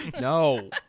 No